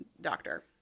doctor